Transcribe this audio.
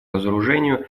разоружению